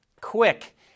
Quick